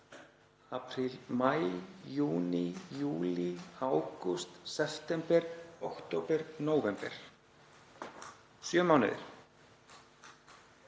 Apríl, maí, júní, júlí, ágúst, september, október, nóvember — sjö mánuðir.